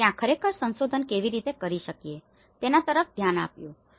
અને ત્યાં ખરેખર સંશોધન કેવી રીતે કરી શકીએ તેના તરફ ધ્યાન આપ્યું